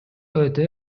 өтө